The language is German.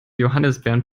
johannisbeeren